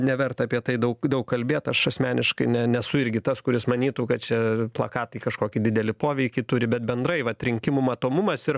neverta apie tai daug daug kalbėt aš asmeniškai ne nesu irgi tas kuris manytų kad čia plakatai kažkokį didelį poveikį turi bet bendrai vat rinkimų matomumas ir